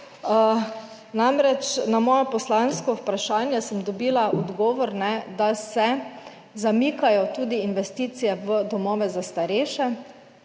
Na moje poslansko vprašanje sem dobila odgovor, da se zamikajo tudi investicije v domove za starejše